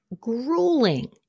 grueling